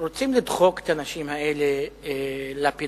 רוצים לדחוק את האנשים האלה לפינה,